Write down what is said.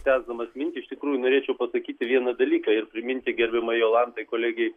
tęsdamas mintį iš tikrųjų norėčiau pasakyti vieną dalyką ir priminti gerbiamai jolantai kolegei